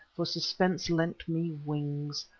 for suspense lent me wings.